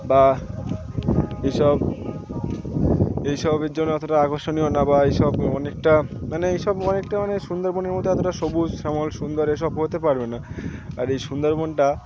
বা এই সব এই সবের জন্য অতটা আকর্ষণীয় না বা এই সব অনেকটা মানে এই সব অনেকটা মানে সুন্দরবনের মধ্যে এতটা সবুজ শ্যামল সুন্দর এ সব পড়তে পারবে না আর এই সুন্দরবনটা